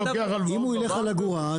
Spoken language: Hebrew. אם הוא ילך על אגורה,